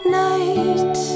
night